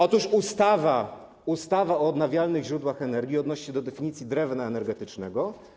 Otóż ustawa o odnawialnych źródłach energii odnosi się do definicji drewna energetycznego.